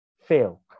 fail